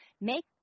make